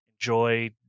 Enjoy